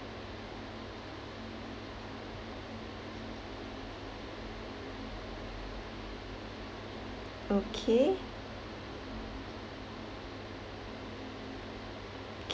okay